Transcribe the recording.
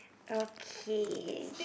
okay